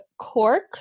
CORK